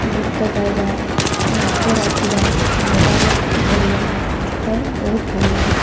ଗୀତ ଗାଇବା ନାଚ ନାଚିବା ମଜାମସ୍ତି କରିବା ପାଇଁ ବହୁତ ଭଲ ଲାଗେ